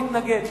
מתנגד.